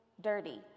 dirty